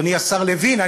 אדוני השר לוין,